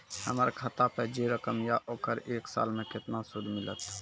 हमर खाता पे जे रकम या ओकर एक साल मे केतना सूद मिलत?